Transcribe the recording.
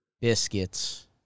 biscuits